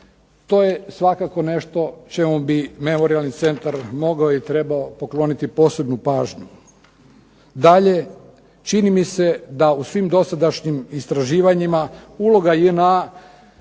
To je svakako nešto čemu bi Memorijalni centra mogao i trebao pokloniti posebnu pažnju. Dalje, čini mi se da u svim dosadašnjim istraživanjima uloga JNA